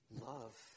love